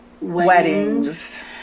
Weddings